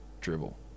dribble